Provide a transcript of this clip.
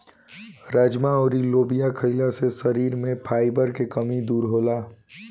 राजमा अउर लोबिया खईला से शरीर में फाइबर के कमी दूर होला